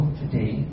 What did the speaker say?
today